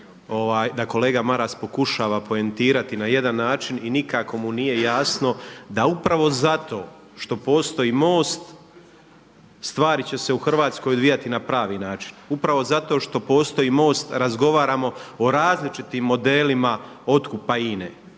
da kolega Maras pokušava poentirati na jedan način i nikako mu nije jasno da upravo zato što postoji MOST stvari će se u Hrvatskoj odvijati na pravi način. Upravo zato što postoji MOST razgovaramo o različitim modelima otkupa INA-e.